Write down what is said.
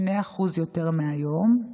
2% יותר מהיום,